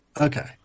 Okay